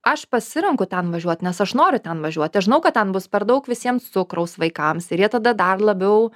aš pasirenku ten važiuot nes aš noriu ten važiuot aš žinau kad ten bus per daug visiems cukraus vaikams ir jie tada dar labiau